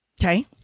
Okay